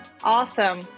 Awesome